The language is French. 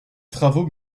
travaux